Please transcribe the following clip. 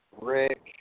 Rick